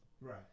right